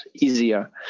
easier